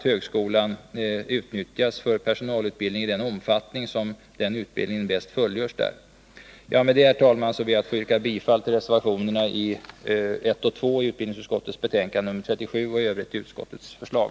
Högskolan utnyttjas för personalutbildning i den omfattning som denna utbildning bäst fullgörs där. Med detta, herr talman, ber jag att få yrka bifall till reservationerna 1 och 2 i utbildningsutskottets betänkande nr 37 och i övrigt bifall till utskottets förslag.